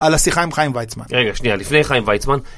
על השיחה עם חיים ויצמן. רגע, שנייה, לפני חיים ויצמן.